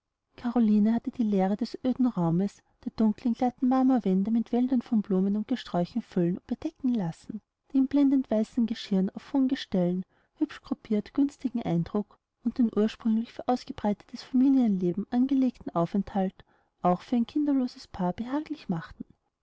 caroline hatte die leere des öden raumes der dunkeln glatten marmorwände mit wäldern von blumen und gesträuchen füllen und bedecken lassen die in blendend weißen geschirren auf hohen gestellen hübsch gruppirt günstigen eindruck und den ursprünglich für ausgebreitetes familienleben angelegten aufenthalt auch für ein kinderloses paar behaglich machten